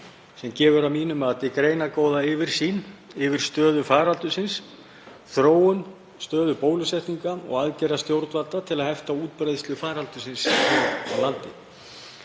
sem gefur að mínu mati greinargóða yfirsýn yfir stöðu faraldursins, þróun og stöðu bólusetninga og aðgerðir stjórnvalda til að hefta útbreiðslu faraldursins hér á landi.